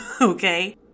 okay